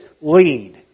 lead